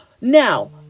Now